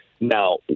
Now